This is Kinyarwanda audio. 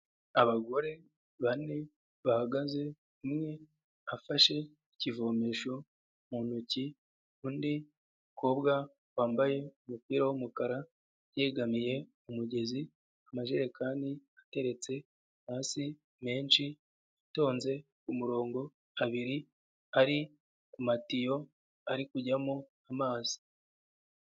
Abagore bane bahagaze, umwe afashe ikivomesho mu ntoki, undi mukobwa wambaye umupira w'umukara yegamiye umugezi, amajerekani ateretse hasi menshi atonze ku murongo, abiri ari ku matiyo ari kujyamo amazi.